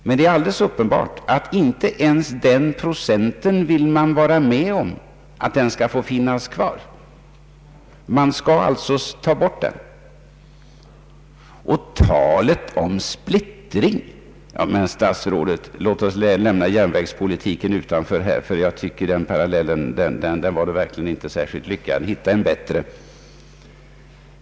Men det är alldeles uppenbart att regeringen inte vill vara med om att ens denna lilla procent skall få finnas kvar, utan den skall tas bort. Statsrådet Carlsson talar om splittring. Men, herr statsråd, låt oss lämna järnvägspolitiken utanför. Jag tycker att den parallellen verkligen inte var särskilt lyckad. Hitta en bättre.